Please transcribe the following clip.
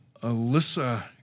Alyssa